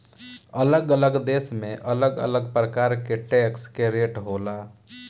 अलग अलग देश में अलग अलग प्रकार के टैक्स के रेट होला